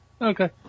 Okay